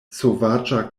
sovaĝa